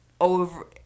over